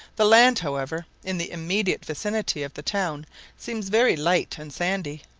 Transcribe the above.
the land, however, in the immediate vicinity of the town seems very light and sandy.